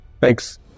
Thanks